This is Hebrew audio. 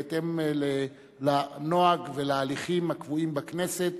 בהתאם לנוהג ולהליכים הקבועים בכנסת,